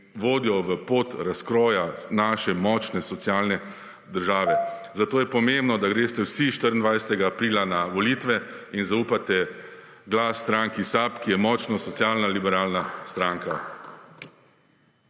vodijo v pot razkroja naše močne socialne države, zato je pomembno, da greste vsi 24. aprila na volitve in zaupate glas stranki SAB, ki je močno socialna liberalna stranka.